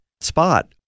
spot